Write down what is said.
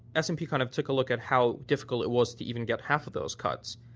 s and p kind of took a look at how difficult it was to even get half of those cuts,